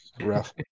rough